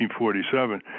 1947